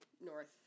north